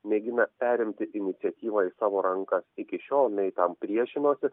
mėgina perimti iniciatyvą į savo rankas iki šiol mei tam priešinosi